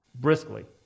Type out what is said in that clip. briskly